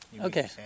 Okay